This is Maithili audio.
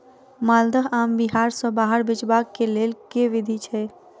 माल्दह आम बिहार सऽ बाहर बेचबाक केँ लेल केँ विधि छैय?